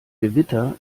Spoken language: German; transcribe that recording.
gewitter